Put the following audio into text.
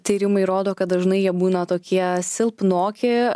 tyrimai rodo kad dažnai jie būna tokie silpnoki